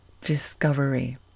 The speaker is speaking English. Discovery